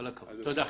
תודה.